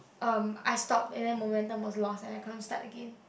um I stop and then momentum was lost and I can't start again